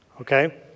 Okay